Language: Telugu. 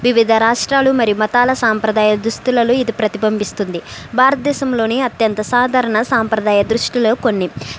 వివిధ రాష్ట్రాలు మరియు మతాల సాంప్రదాయ దుస్తులలో ఇది ప్రతిబింబిస్తుంది భారతదేశంలోని అత్యంత సాధారణ సాంప్రదాయ దుస్తులు కొన్ని